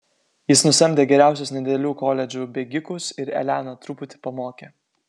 jis nusamdė geriausius nedidelių koledžų bėgikus ir eleną truputį pamokė